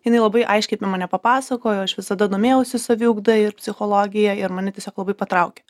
jinai labai aiškiai apie mane papasakojo aš visada domėjausi saviugda ir psichologija ir mane tiesiog labai patraukė